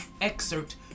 excerpt